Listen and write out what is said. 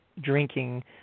drinking